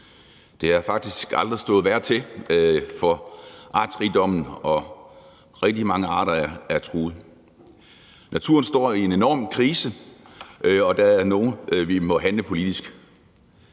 Det har faktisk aldrig stået værre til for artsrigdommen, og rigtig mange arter er truet. Naturen står i en enorm krise, og det er nu, vi må handle politisk.